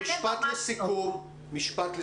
משפט לסיכום?